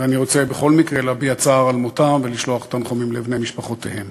ואני רוצה בכל מקרה להביע צער על מותם ולשלוח תנחומים לבני משפחותיהם.